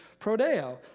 Prodeo